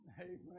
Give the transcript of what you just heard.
Amen